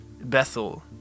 Bethel